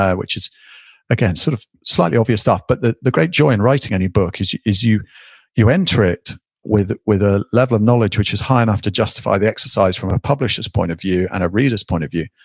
which is again sort of slightly obvious stuff. but the the great joy in writing any book is you is you enter it with it with a level of knowledge which is high enough to justify the exercise from a publisher's point of view and a reader's point of view,